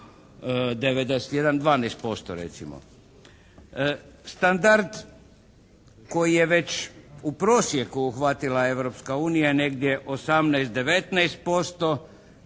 12% recimo, standard koji je već u prosjeku uhvatila Europska unija je negdje 18, 19%,